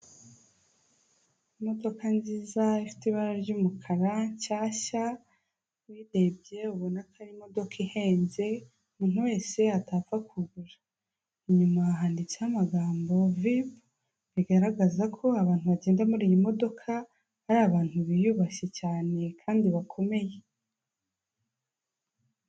Imodoka nziza ifite ibara ry'umukara nshyashya, uyirebye ubona ko ari imodoka ihenze umuntu wese atapfa kugura; inyuma handitseho amagambo ''VIP'', bigaragaza ko abantu bagenda muri iyi modoka ari abantu biyubashye cyane kandi bakomeye.